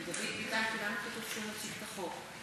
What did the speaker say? עם דוד ביטן, כי לנו כתוב שהוא מציג את החוק.